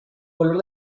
color